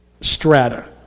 strata